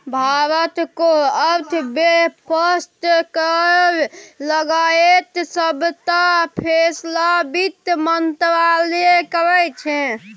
भारतक अर्थ बेबस्था केर लगाएत सबटा फैसला बित्त मंत्रालय करै छै